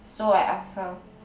so I ask her